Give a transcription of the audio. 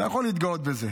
אתה יכול להתגאות בזה.